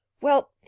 Well